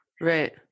Right